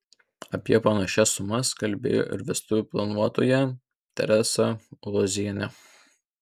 apie panašias sumas kalbėjo ir vestuvių planuotoja teresa ulozienė